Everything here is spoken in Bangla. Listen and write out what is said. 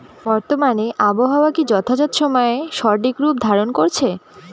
বর্তমানে আবহাওয়া কি যথাযথ সময়ে সঠিক রূপ ধারণ করছে?